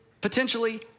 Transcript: potentially